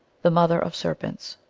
the mother of serpents.